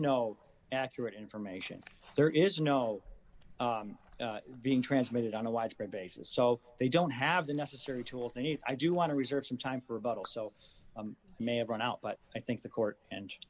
no accurate information there is no being transmitted on a widespread basis so they don't have the necessary tools they need i do want to reserve some time for but also may have run out but i think the court and